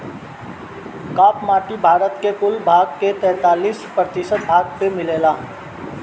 काप माटी भारत के कुल भाग के तैंतालीस प्रतिशत भाग पे मिलेला